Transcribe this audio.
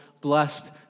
blessed